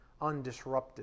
undisrupted